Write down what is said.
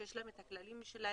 שיש להם את הכללים שלהם,